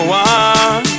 one